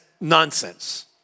nonsense